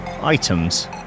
items